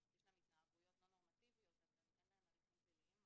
יש להם התנהגויות לא נורמטיביות אבל עדיין אין להם הליכים פליליים.